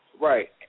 Right